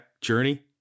journey